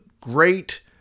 great